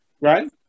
right